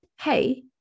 hey